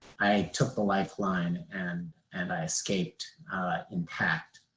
i took the lifeline and and i escaped intact.